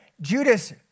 Judas